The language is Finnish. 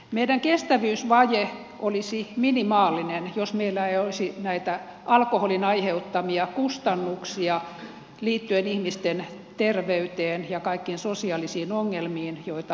meidän kestävyysvaje olisi minimaalinen jos meillä ei olisi näitä alkoholin aiheuttamia kustannuksia liittyen ihmisten terveyteen ja kaikkiin sosiaalisiin ongelmiin joita alkoholi aiheuttaa